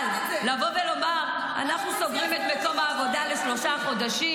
-- אבל לבוא ולומר שאנחנו סוגרים את מקום העבודה לשלושה חודשים?